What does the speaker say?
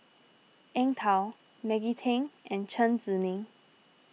Eng Tow Maggie Teng and Chen Zhiming